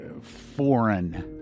foreign